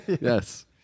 Yes